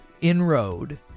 Inroad